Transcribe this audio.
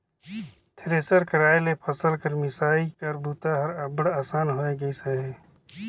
thresher कर आए ले फसिल कर मिसई कर बूता हर अब्बड़ असान होए गइस अहे